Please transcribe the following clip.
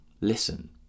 listen